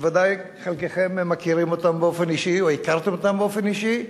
שוודאי חלקכם מכירים אותם באופן אישי או הכרתם אותם באופן אישי,